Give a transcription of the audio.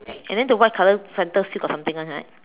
and then the white color center still got something one right